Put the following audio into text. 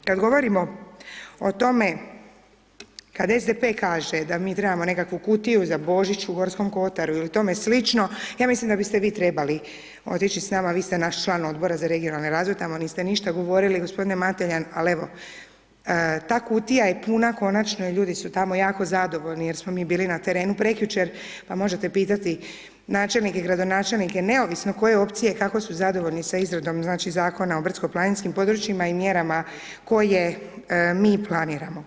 Kada govorimo o tome, kada SDP kaže da mi trebamo nekakvu kutiju za Božić u Gorskom kotaru i tome slično, ja mislim da biste vi trebali otići s nama, vi ste naš član Odbora za regionalni razvoj, tamo niste ništa govorili g. Mateljan, ali evo, ta kutija je puna, konačno i ljudi su jako zadovoljni, jer smo mi bili na terenu prekjučer, pa možete pitati, načelnike i gradonačelnike, neovisno koje opcije i kako su zadovoljni sa izradom Zakona o brdsko planinskim područjima i mjerama koje mi planiramo.